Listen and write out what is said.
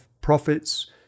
prophets